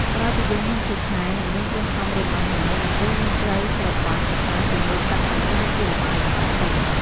ក្រោយពីយើងហាន់គូឆាយ និងមានគ្រឿងផ្សំរួចអស់ហើយ ដំបូងយើងត្រូវច្របាច់ម្សៅជាមួយទឹកឱ្យក្លាយជាល្បាយខាប់សិន។